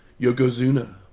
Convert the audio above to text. Yogozuna